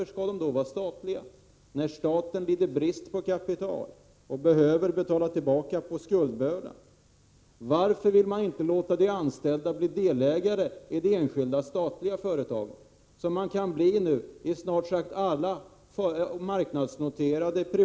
Därigenom blir de ju delaktiga i förmögenhetsuppbyggnaden.